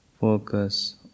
Focus